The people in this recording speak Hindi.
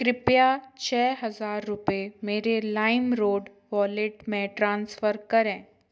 कृपया छः हज़ार रुपये मेरे लाइमरोड वॉलेट में ट्रांसफर करें